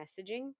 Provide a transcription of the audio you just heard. messaging